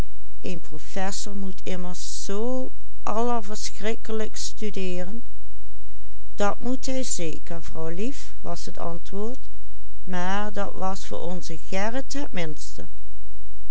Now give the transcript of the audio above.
was het antwoord maar dat was voor onzen